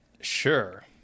sure